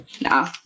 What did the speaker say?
No